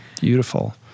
Beautiful